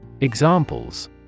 Examples